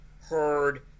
heard